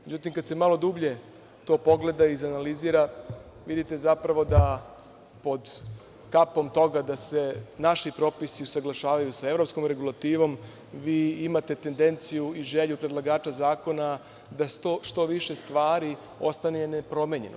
Međutim, kad se malo dublje to pogleda, izanalizira, vidite zapravo da pod kapom toga da se naši propisi usaglašavaju sa evropskom regulativom, vi imate tendenciju i želju predlagača zakona da što više stvari ostane nepromenjeno.